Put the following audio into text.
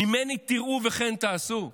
"ממני תראו וכן תעשו".